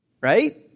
right